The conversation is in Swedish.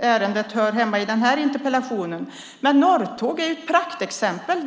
ärendet hör hemma i den här interpellationsdebatten kan jag nämna att Norrtåg är ett praktexempel.